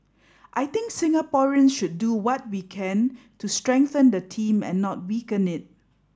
I think Singaporeans should do what we can to strengthen the team and not weaken it